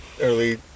early